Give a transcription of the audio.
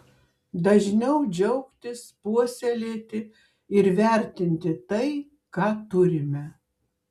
dažniau džiaugtis puoselėti ir vertinti tai ką turime